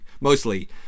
mostly